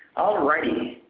alrighty,